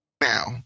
now